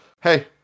hey